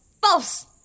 false